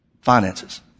finances